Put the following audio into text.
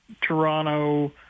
Toronto